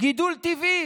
לפי גידול טבעי,